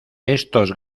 estos